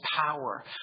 power